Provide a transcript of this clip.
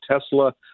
Tesla